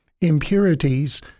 impurities